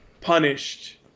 punished